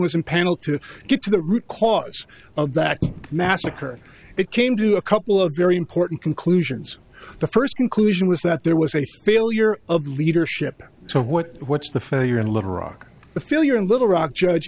in panel to get to the root cause of that massacre it came to a couple of very important conclusions the first conclusion was that there was a failure of leadership to what what's the failure in little rock the failure in little rock judge